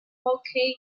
hockey